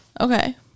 Okay